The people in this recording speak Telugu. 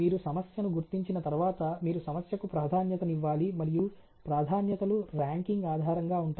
మీరు సమస్యను గుర్తించిన తర్వాత మీరు సమస్యకు ప్రాధాన్యతనివ్వాలి మరియు ప్రాధాన్యతలు ర్యాంకింగ్ ఆధారంగా ఉంటాయి